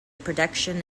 production